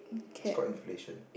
it's called inflation